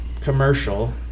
commercial